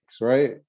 right